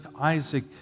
Isaac